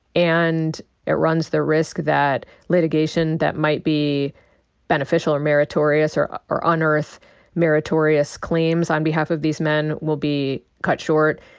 and it runs the risk that litigation that might be beneficial, or meritorious, or or unearth meritorious claims on behalf of these men will be cut short.